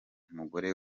mugore